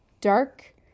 dark